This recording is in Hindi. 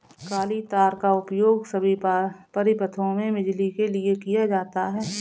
काली तार का उपयोग सभी परिपथों में बिजली के लिए किया जाता है